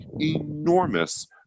enormous